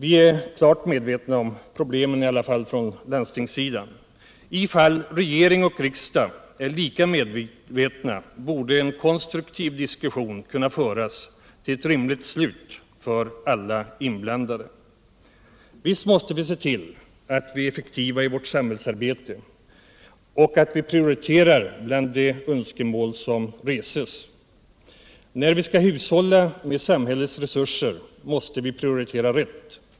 På landstingssidan är vi i alla fall klart medvetna om problemen. Ifall regering och riksdag är Jika medvetna borde en konstruktiv diskussion kunna föras till ett rimligt slut för alla inblandade. Visst måste vi se till att vi är effektiva i vårt samhällsarbete och att vi prioriterar bland alla önskemål som reses. När vi skall hushålla med samhällets resurser måste vi prioritera rätt.